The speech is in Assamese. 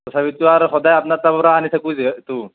তথাপিতো আৰু সদায় আপোনাৰ পৰা আনি থাকোঁ যিহেতু